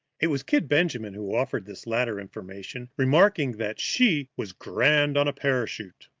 it was kid benjamin who offered this latter information, remarking that she was grand on a parachute.